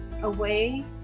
away